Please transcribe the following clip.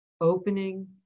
opening